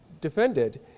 defended